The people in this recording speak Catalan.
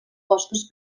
costos